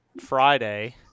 Friday